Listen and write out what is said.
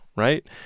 right